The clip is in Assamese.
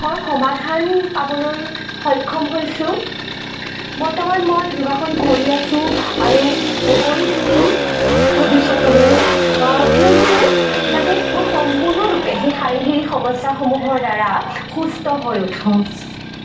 হৰ সমাধান পাবলৈ সক্ষম হৈছোঁ বৰ্তমান মই যোগাসন কৰি আছোঁ আৰু কৰি থাকিম ভৱিষ্যতলৈও কিয়নো মোৰ যাতে মই সম্পূৰ্ণৰূপে সেই শাৰীৰিক সেই সমস্যাসমূহৰ দ্বাৰা সুস্থ হৈ উঠোঁ